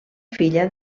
filla